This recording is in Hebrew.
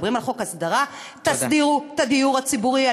מדברים על חוק הסדרה, תסדירו את הדיור הציבורי.